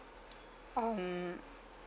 um